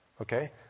Okay